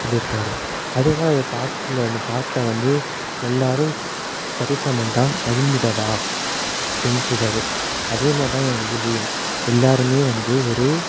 சொல்லியிருக்காரு அதே மாதிரி பாட்டில் இந்த பாட்டில் வந்து எல்லோரும் சரிசமம் தான் மகிழ்ந்திடவா அப்படின்ட்ருக்காரு அதே மாதிரி தான் எங்கூர்லேயும் எல்லோருமே வந்து ஒரு